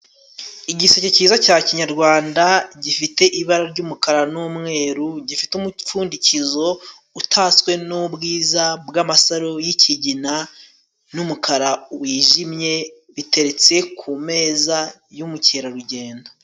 Igiseke cyiza cya kinyarwanda gifite ibara ry'umukara n'umweru, gifite umupfundikizo utatswe n'ubwiza bw'amasaro y'ikigina n'umukara wijimye, biteretse ku meza y'umukerarugendo.